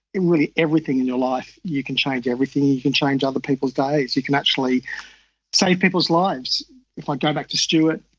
really everything in your life, you can change everything, you can change other people's days, you can actually save people's lives. if like i go back to stuart,